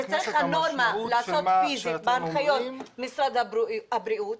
צריך את הנורמה לעשות פיסית בהנחיות משרד הבריאות,